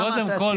קודם כול,